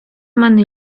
мене